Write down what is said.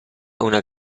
una